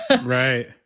right